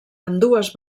ambdues